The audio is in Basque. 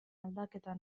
aldaketa